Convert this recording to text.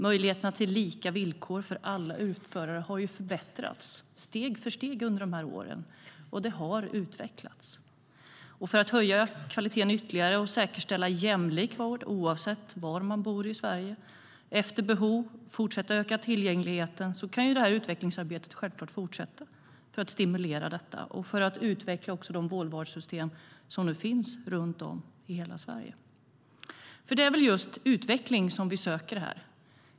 Möjligheterna till lika villkor för alla utförare har förbättrats steg för steg under dessa år, och det har utvecklats. Det är väl just utveckling som vi söker här.